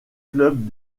club